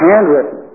Handwritten